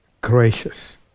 gracious